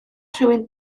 rhywun